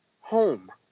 home